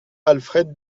alfred